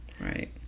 right